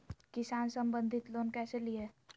किसान संबंधित लोन कैसै लिये?